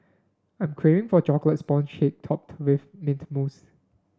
I am craving for a chocolate sponge shake topped with mint mousse